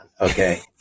okay